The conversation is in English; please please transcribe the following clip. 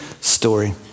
story